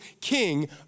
king